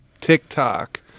TikTok